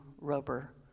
rubber